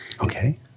Okay